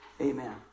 amen